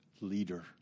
leader